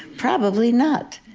probably not,